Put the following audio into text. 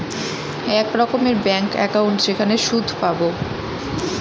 এক রকমের bank account যেখানে সুদ পাবো